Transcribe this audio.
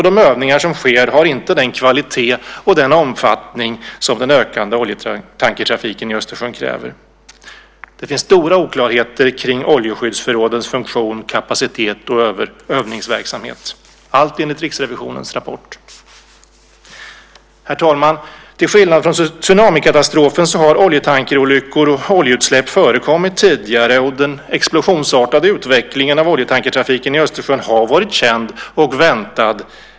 De övningar som sker har inte den kvalitet och den omfattning som den ökande oljetankertrafiken i Östersjön kräver. Det finns stora oklarheter kring oljeskyddsförrådens funktion, kapacitet och övningsverksamhet, allt enligt Riksrevisionens rapport. Herr talman! Till skillnad från tsunamikatastrofen har oljetankerolyckor och oljeutsläpp förekommit tidigare, och den explosionsartade utvecklingen av oljetankertrafiken i Östersjön har varit känd och väntad.